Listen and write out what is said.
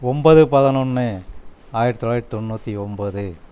ஒன்பது பதனொன்று ஆயிரத்து தொளாயிரத்து தொண்ணூற்றி ஒன்பது